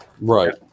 Right